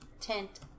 tent